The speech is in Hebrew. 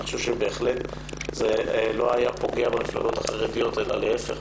בהחלט זה לא היה פוגע במפלגות החרדיות אלא להיפך,